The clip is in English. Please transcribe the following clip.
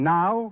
now